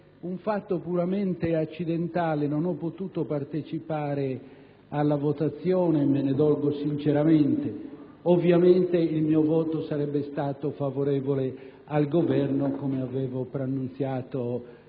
un fatto puramente accidentale non ho potuto partecipare alla votazione; me ne dolgo sinceramente. Ovviamente, il mio voto sarebbe stato favorevole al Governo, come avevo preannunziato nel